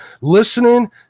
listening